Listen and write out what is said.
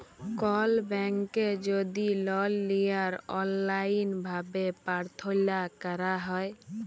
call ব্যাংকে যদি লল লিয়ার অললাইল ভাবে পার্থলা ক্যরা হ্যয়